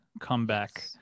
Comeback